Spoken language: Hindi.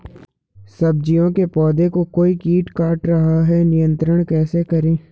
सब्जियों के पौधें को कोई कीट काट रहा है नियंत्रण कैसे करें?